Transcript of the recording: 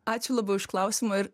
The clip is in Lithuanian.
ačiū labai už klausimą ir